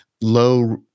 low